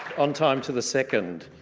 on time to the second.